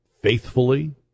faithfully